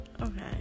Okay